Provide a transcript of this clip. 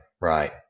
Right